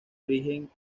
origen